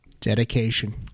dedication